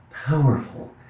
Powerful